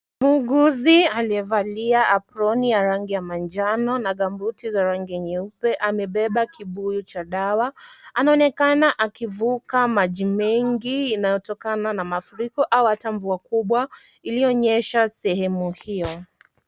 Muuguzi aliyevalia aproni ya rangi ya manjano na gambuti za rangi nyupe, amebeba kibuyu cha dawa, anaonekana akivuka maji mengi inayotokana na mafuriko au ata mvua kubwa iliyo nyesha sehemu hio.